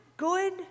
good